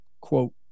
quote